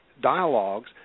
dialogues